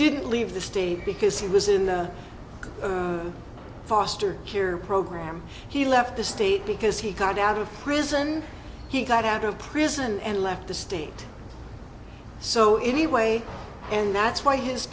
didn't leave the state because he was in the foster care program he left the state because he got out of prison he got out of prison and left the state so in a way and that's why his